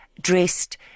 dressed